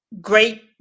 great